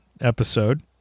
episode